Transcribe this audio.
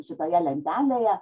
šitoje lentelėje